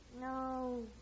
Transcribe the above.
No